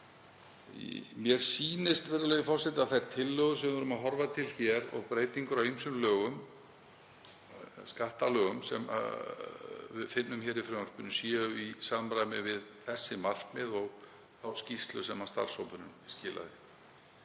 Mér sýnist, virðulegi forseti, að þær tillögur sem við erum að horfa til hér og þær breytingar á ýmsum skattalögum sem við finnum í frumvarpinu, séu í samræmi við þessi markmið og þá skýrslu sem starfshópurinn skilaði.